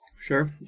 Sure